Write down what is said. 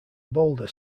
boulder